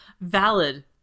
Valid